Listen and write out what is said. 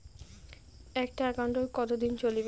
একটা একাউন্ট কতদিন চলিবে?